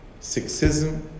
sexism